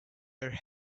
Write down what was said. her